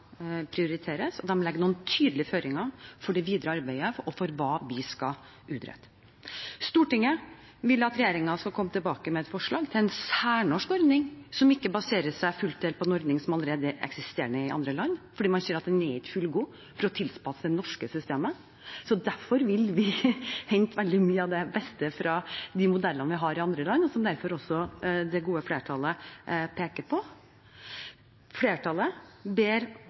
prioriteres, og de legger noen tydelige føringer for det videre arbeidet, og for hva vi skal utrette. Stortinget vil at regjeringen skal komme tilbake med et forslag til en særnorsk ordning som ikke baserer seg fullt og helt på en ordning som allerede er eksisterende i andre land, for man ser at de ikke er fullgode for å tilpasses det norske systemet. Derfor vil vi hente veldig mye av det beste fra modellene man har i andre land, og som også det gode flertallet peker på. Flertallet ber